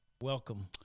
welcome